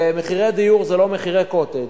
ומחירי הדיור זה לא מחירי "קוטג'"